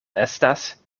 estas